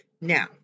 Now